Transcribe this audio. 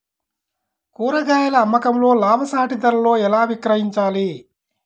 కూరగాయాల అమ్మకంలో లాభసాటి ధరలలో ఎలా విక్రయించాలి?